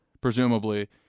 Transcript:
presumably